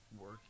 work